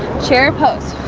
chair pose